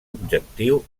objectiu